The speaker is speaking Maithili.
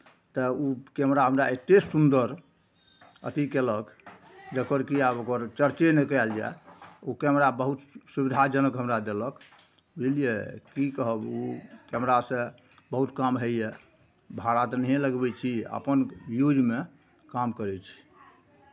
तऽ ओ कैमरा हमरा एतेक सुन्दर अथी कयलक जकर कि आब ओकर चर्चे नहि कयल जाय ओ कैमरा बहुत सुविधाजनक हमरा देलक बुझलियै की कहब ओ कैमरासँ बहुत काम होइए भाड़ा तऽ नहिए लगबै छी अपन यूजमे काम करै छी